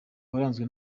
waranzwe